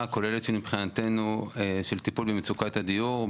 הכוללת מבחינתנו של טיפול במצוקת הדיור.